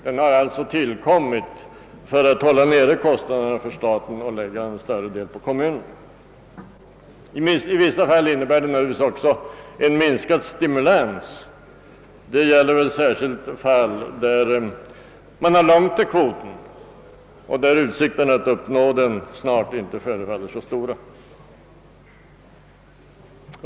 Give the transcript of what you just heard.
Den har alltså tillkommit för att hålla kostnaderna nere för staten och för att lägga en större del på kommunerna. I vissa fall innebär naturligtvis också kvotregeln en minskad stimulans. Detta gäller väl särskilt fall där man har långt kvar till kvotgränsen och där utsikterna att snart uppnå den inte förefaller så stora.